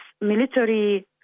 military